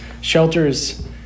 shelters